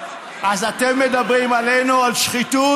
אז אתם מדברים עלינו על שחיתות?